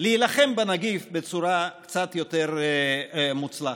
להילחם בנגיף בצורה קצת יותר מוצלחת.